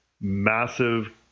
massive